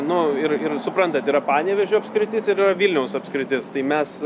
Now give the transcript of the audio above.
nu ir ir suprantat yra panevėžio apskritis ir yra vilniaus apskritis tai mes